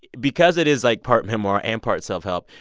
because it is, like, part memoir and part self-help.